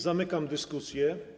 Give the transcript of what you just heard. Zamykam dyskusję.